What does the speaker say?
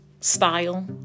style